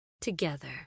together